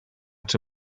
czy